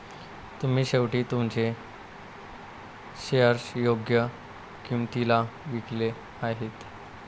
तुम्ही शेवटी तुमचे शेअर्स योग्य किंमतीला विकले आहेत